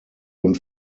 und